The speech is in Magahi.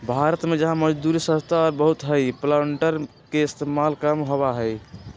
भारत में जहाँ मजदूरी सस्ता और बहुत हई प्लांटर के इस्तेमाल कम होबा हई